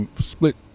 split